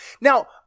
Now